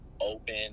open